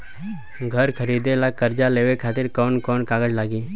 घर खरीदे ला कर्जा लेवे खातिर कौन कौन कागज लागी?